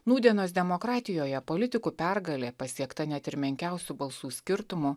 nūdienos demokratijoje politikų pergalė pasiekta net ir menkiausiu balsų skirtumu